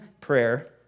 prayer